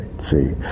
See